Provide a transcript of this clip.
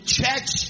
church